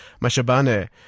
Mashabane